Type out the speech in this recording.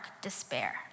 despair